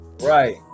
right